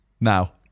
now